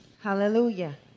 Hallelujah